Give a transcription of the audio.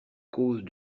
cause